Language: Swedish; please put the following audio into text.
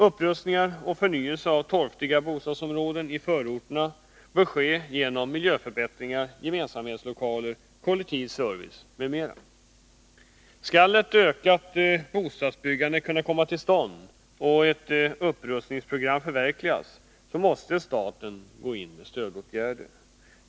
Upprustningar och förnyelse av torftiga bostadsområden i förorterna bör ske genom mi örbättringar, gemensamhetslokaler, kollektiv service m.m. Skall ett ökat bostadsbyggande kunna komma till stånd och ett upprustningsprogram förverkligas måste staten gå in med stödåtgärder.